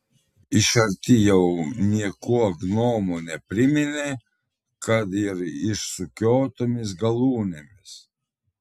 iš arti jau niekuo gnomo nepriminė kad ir išsukiotomis galūnėmis